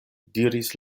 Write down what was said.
diris